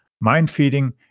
mind-feeding